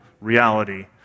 reality